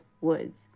woods